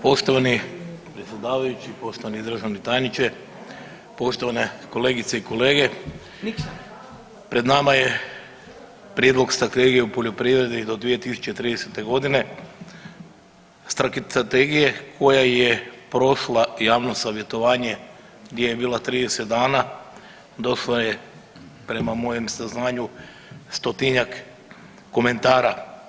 Poštovani predsjedavajući, poštovani državni tajniče, poštovane kolegice i kolege, pred nama je Prijedlog Strategije u poljoprivredi do 2030. godine, strategije koja je prošla javno savjetovanje gdje je bila 30 dana, došla je prema mojem saznanju 100-tinjak komentara.